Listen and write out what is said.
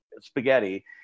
Spaghetti